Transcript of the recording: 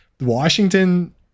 Washington